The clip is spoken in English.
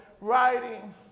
writing